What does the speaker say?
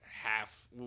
half